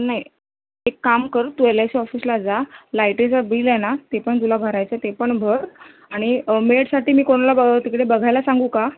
नाही एक काम करू तू एल आय सी ऑफिसला जा लायटीचा बिल आहे ना ते पण तुला भरायचं आहे ते पण भर आणि मेडसाठी मी कोणाला ब तिकडे बघायला सांगू का